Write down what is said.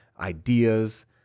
ideas